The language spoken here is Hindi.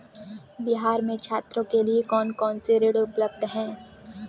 बिहार में छात्रों के लिए कौन कौन से ऋण उपलब्ध हैं?